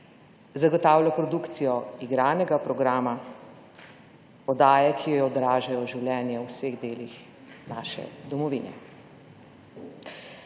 Zagotavlja produkcijo igranega programa, oddaje, ki odražajo življenje v vseh delih naše domovine.